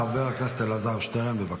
חבר הכנסת אלעזר שטרן, בבקשה,